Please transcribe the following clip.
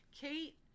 Kate